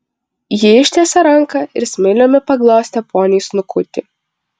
ji ištiesė ranką ir smiliumi paglostė poniui snukutį